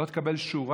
לא תקבל שורה.